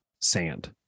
sand